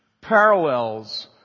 parallels